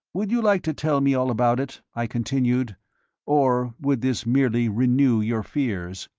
would you like to tell me all about it, i continued or would this merely renew your fears?